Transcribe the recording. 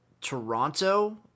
Toronto